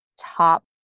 top